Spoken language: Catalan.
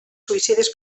suïcides